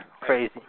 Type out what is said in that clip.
Crazy